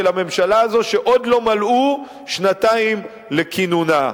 הממשלה הזאת שעוד לא מלאו שנתיים לכינונה.